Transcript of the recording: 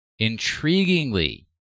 Intriguingly